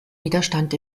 widerstand